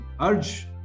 urge